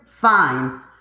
fine